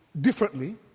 differently